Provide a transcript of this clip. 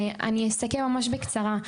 אני אסכם בקצרה.